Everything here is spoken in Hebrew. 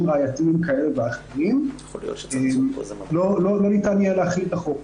ראייתיים כאלה ואחרים לא ניתן יהיה להחיל את החוק.